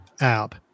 app